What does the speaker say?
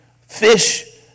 fish